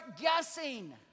guessing